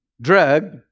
drug